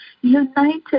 united